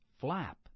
Flap